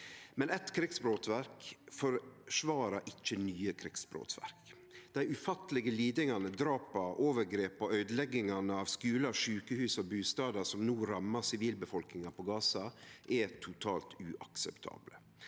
men eit krigsbrotsverk forsvarar ikkje nye krigsbrotsverk. Dei ufattelege lidingane, drapa, overgrepa og øydeleggingane av skular, sjukehus og bustader som no rammar sivilbefolkninga på Gaza, er totalt uakseptable.